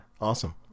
Awesome